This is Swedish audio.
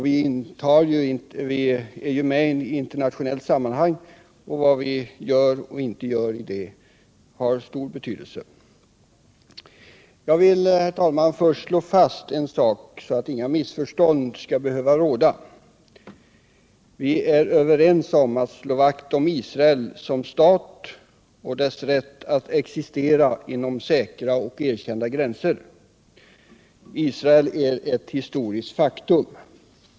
Vi är ju med i ett internationellt sammanhang, och vad vi gör eller inte gör där har stor betydelse. För att inga missförstånd skall behöva råda vill jag först slå fast: Vi är överens om att slå vakt om Israel som stat och dess rätt att existera inom säkra och erkända gränser. Israel är ett historiskt faktum.